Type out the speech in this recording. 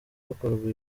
hakorwa